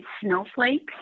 snowflakes